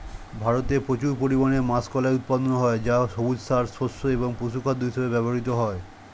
ভারতে প্রচুর পরিমাণে মাষকলাই উৎপন্ন হয় যা সবুজ সার, শস্য এবং পশুখাদ্য হিসেবে ব্যবহৃত হয়